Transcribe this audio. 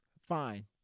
fine